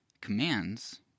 commands